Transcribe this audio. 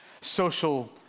social